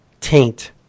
taint